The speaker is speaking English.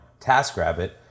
TaskRabbit